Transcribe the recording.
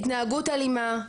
התנהגות אלימה,